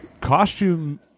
Costume